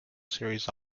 serious